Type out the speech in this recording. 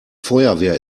feuerwehr